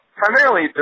primarily